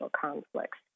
conflicts